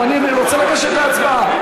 אני רוצה לגשת להצבעה.